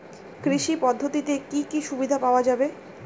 কৃষি পদ্ধতিতে কি কি সুবিধা পাওয়া যাবে?